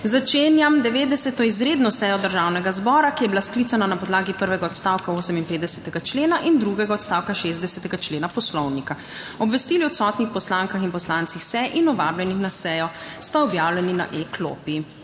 Začenjam 90. izredno sejo Državnega zbora, ki je bila sklicana na podlagi prvega odstavka 58. člena in drugega odstavka 60. člena Poslovnika. Obvestili o odsotnih poslankah in poslancih ter vabljenih na sejo sta objavljeni na e-klopi.